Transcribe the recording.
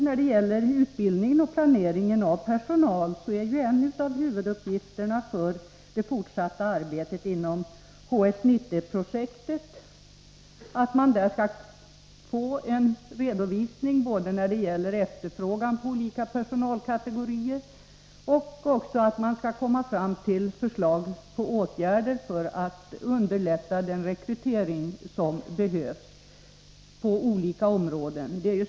När det gäller utbildningen av personal och planeringen är ett angeläget område i det fortsatta arbetet inom HS 90-projektet att man får en redovisning när det gäller efterfrågan på olika personalkategorier och att man kommer fram till förslag om åtgärder som underlättar rekryteringen på olika områden.